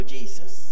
Jesus